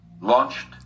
launched